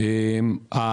מחדש?